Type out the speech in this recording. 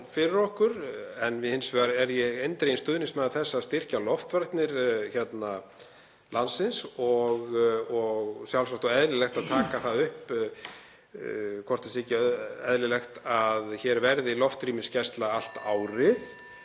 fyrir okkur en hins vegar er ég eindreginn stuðningsmaður þess að styrkja loftvarnir landsins og sjálfsagt og eðlilegt að taka það upp hvort það sé ekki eðlilegt að hér verði loftrýmisgæsla allt árið.